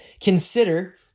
Consider